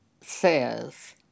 says